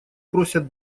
просят